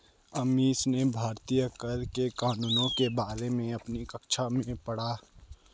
अमीश ने भारतीय कर के कानूनों के बारे में अपनी कक्षा में पढ़ा